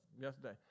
Yesterday